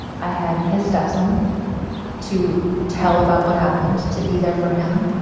i had his stepson to tell about what happened to be there for him.